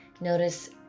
notice